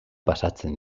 pasatzen